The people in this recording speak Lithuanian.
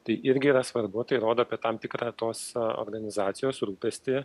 tai irgi yra svarbu tai rodo tam tikrą tos organizacijos rūpestį